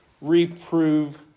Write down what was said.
reprove